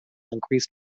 increased